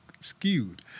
skewed